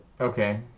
Okay